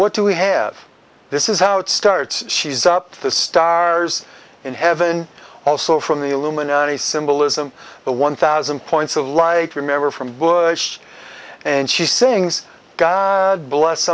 what do we have this is how it starts she's up to the stars in heaven also from the illuminati symbolism the one thousand points of light remember from bush and she sings god bless